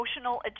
emotional